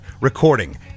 recording